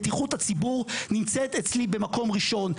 בטיחות הציבור נמצאת אצלי במקום ראשון.